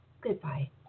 Goodbye